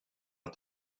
att